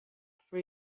for